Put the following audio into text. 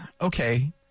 okay